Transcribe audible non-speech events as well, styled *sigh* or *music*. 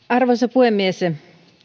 *unintelligible* arvoisa puhemies